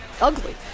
ugly